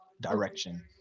direction